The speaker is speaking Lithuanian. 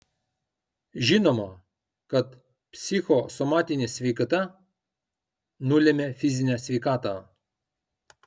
žinoma kad psichosomatinė sveikata nulemia fizinę sveikatą